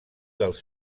dels